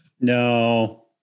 No